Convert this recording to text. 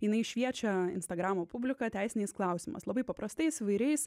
jinai šviečia instagramo publiką teisiniais klausimas labai paprastais įvairiais